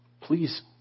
Please